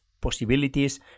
possibilities